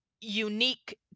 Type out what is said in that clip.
unique